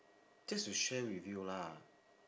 just to share with you lah